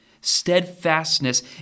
steadfastness